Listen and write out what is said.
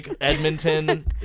Edmonton